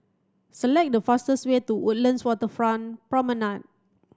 select the fastest way to Woodlands Waterfront Promenade